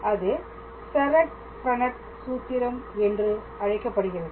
அது செரட் பிரனட் சூத்திரம் என்று அழைக்கப்படுகிறது